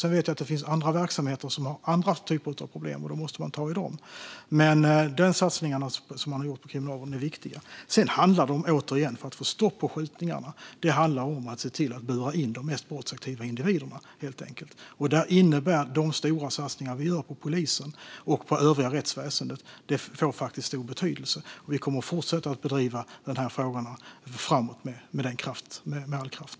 Jag vet att det finns andra verksamheter som har andra typer av problem, och dem måste man ta tag i. Men de satsningar som har gjorts på kriminalvården är viktiga. Det handlar, återigen, om att få stopp på skjutningarna, helt enkelt om att se till att bura in de mest brottsaktiva individerna. Där får de stora satsningar som vi gör på polisen och på övriga rättsväsendet stor betydelse. Vi kommer att fortsätta driva de här frågorna framåt med all kraft.